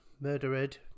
Murdered